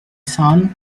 son